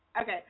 okay